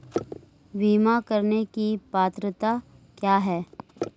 बीमा करने की पात्रता क्या है?